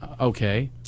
Okay